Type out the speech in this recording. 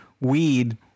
weed